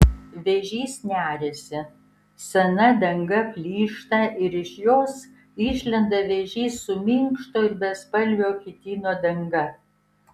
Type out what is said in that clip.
vėžys neriasi sena danga plyšta ir iš jos išlenda vėžys su minkšto ir bespalvio chitino danga